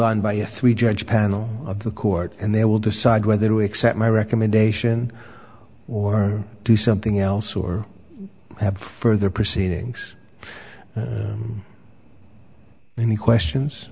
on by a three judge panel of the court and they will decide whether we accept my recommendation or do something else or have further proceedings any questions